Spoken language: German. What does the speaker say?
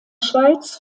schweiz